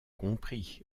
compris